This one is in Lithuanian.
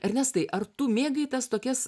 ernestai ar tu mėgai tas tokias